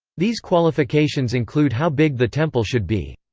these qualifications include how big the temple should be.